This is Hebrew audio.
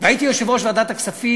והייתי יושב-ראש ועדת הכספים,